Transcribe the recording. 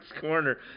Corner